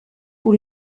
pour